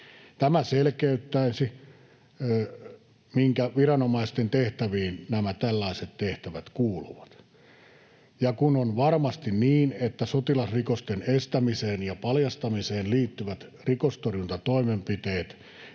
Tämä selkeyttäisi sitä, minkä viranomaisten tehtäviin nämä tällaiset tehtävät kuuluvat. Ja kun on varmasti niin, että sotilasrikosten estämiseen ja paljastamiseen liittyvät rikostorjuntatoimenpiteet